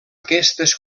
aquestes